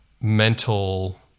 mental